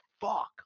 fuck